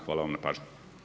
Hvala vam na pažnji.